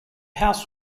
house